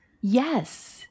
Yes